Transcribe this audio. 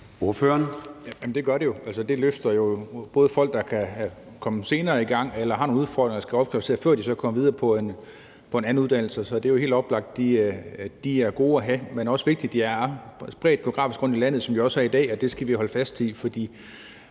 det løfter jo folk, der kan komme senere i gang eller har nogle udfordringer og skal opkvalificeres, før de så kommer videre på en anden uddannelse. Så det er helt oplagt, at de er gode at have. Men det er også vigtigt, at de er spredt geografisk rundt i landet, som de også er i dag, og det skal vi holde fast i,